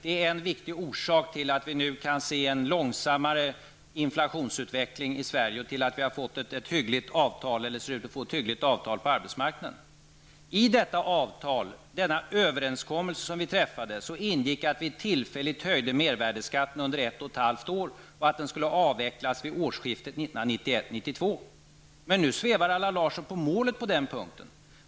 Det är en viktig orsak till att vi kan se en långsammare inflationsutveckling i Sverige och till att vi ser ut att få ett hyggligt avtal på arbetsmarknaden. I den överenskommelse som vi träffade ingick att vi tillfälligt höjde mervärdeskatten under ett och ett halvt år, och att den skulle avvecklas vid årsskiftet 1991/92. Nu svävar Allan Larsson på målet på den punkten.